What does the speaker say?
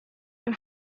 and